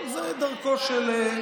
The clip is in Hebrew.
אבל זאת דרכו של,